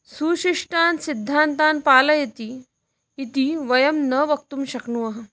सुशिष्टान् सिद्धान्तान् पालयति इति वयं न वक्तुं शक्नुमः